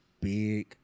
big